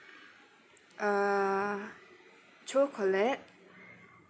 uh cho colette